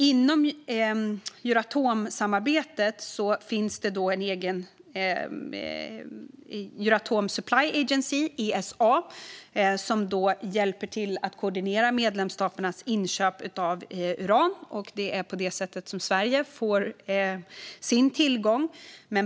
Inom Euratomsamarbetet finns Euratom Supply Agency, ESA, som hjälper till att koordinera medlemsstaternas inköp av uran, och det är på det sättet Sverige får sin tillgång.